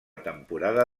temporada